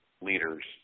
leaders